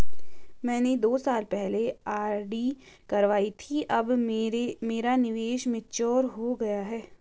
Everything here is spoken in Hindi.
मैंने दो साल पहले आर.डी करवाई थी अब मेरा निवेश मैच्योर हो गया है